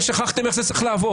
כנראה שכחתם איך זה צריך לעבור.